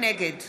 נגד